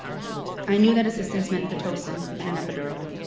i knew that assistance meant pitocin and an epidural.